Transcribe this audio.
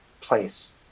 place